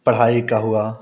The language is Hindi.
पढ़ाई का हुआ